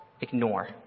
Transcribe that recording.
ignore